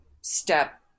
step